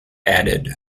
added